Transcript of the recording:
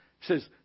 says